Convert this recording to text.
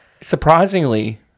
Surprisingly